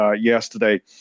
yesterday